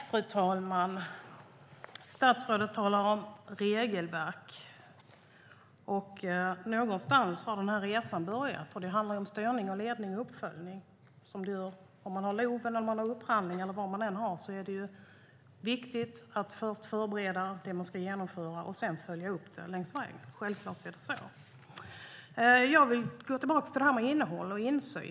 Fru talman! Statsrådet talar om regelverk. Någonstans har denna resa börjat. Det handlar om styrning, ledning och uppföljning. Oavsett om det gäller LOV, upphandling eller någonting annat är det viktigt att först förbereda det som man ska genomföra och sedan följa upp det längs vägen. Självklart är det så. Jag vill gå tillbaka och tala om innehåll och insyn.